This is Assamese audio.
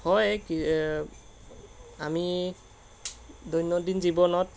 হয় কি অঁ আমি দৈনন্দিন জীৱনত